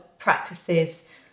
practices